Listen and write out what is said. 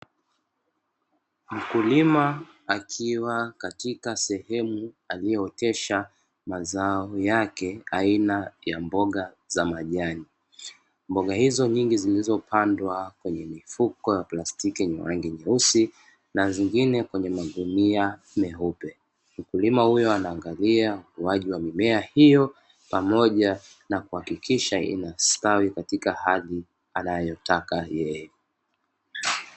Mkulima akiwa katika sehemu aliyootesha mazao yake, aina ya mboga za majani. Mboga hizo nyingi zilizopandwa kwenye mifuko ya plastiki yenye rangi nyeusi na zingine kwenye magunia meupe. Mkulima huyo anaangalia ukuaji wa mimea hiyo, pamoja na kuhakikisha inastawi katika hali anayotaka yeye.